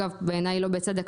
בעיניי לא בצדק,